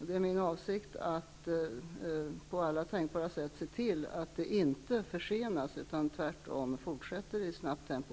Det är min avsikt att på alla tänkbara sätt se till att det inte försenas utan tvärtom fortsätter framåt i snabbt tempo.